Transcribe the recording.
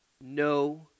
No